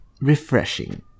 refreshing